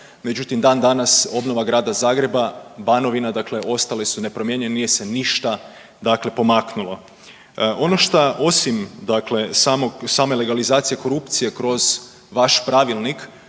međutim, dan danas grada Zagreba, Banovina, dakle ostali su nepromijenjeni, nije se ništa dakle pomaknulo. Ono šta osim dakle same legalizacije korupcije kroz vaš Pravilnik